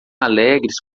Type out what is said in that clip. alegres